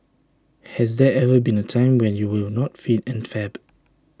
has there ever been A time when you were not fit and fab